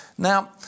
Now